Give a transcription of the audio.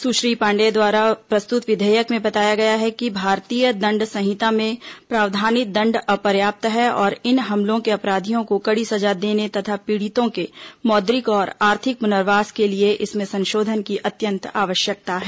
सुश्री पांडेय द्वारा प्रस्तुत विधेयक में बताया गया है कि भारतीय दण्ड संहिता में प्रावधानित दण्ड अपर्याप्त है और इन हमलों के अपराधियिों को कड़ी सजा देने तथा पीड़ितों के मौद्रिक और आर्थिक पुनर्वास के लिए इसमें संशोधन की अत्यंत आवश्यकता है